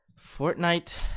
Fortnite